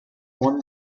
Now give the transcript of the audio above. one